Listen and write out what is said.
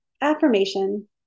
affirmation